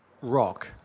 rock